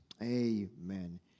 Amen